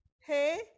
hey